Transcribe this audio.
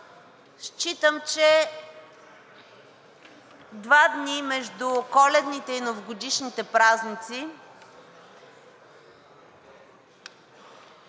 Считам, че два дни между коледните и новогодишните празници